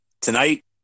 Tonight